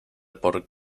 por